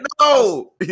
No